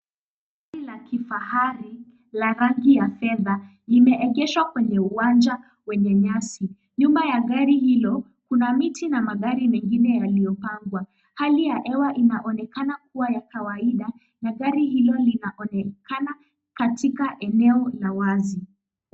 Gari la kifahari la rangi ya fedha imeegeshwa kwenye uwanja wenye nyasi. Nyuma magari hayo kuna miti na magari mengine yaliyopangwa. Hali ya hewa inaonekana kua ya kawaida na gari hilo linaonekana katika eneo la wazi.